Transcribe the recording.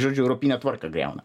žodžiu europinę tvarką griauna